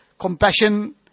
compassion